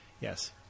Yes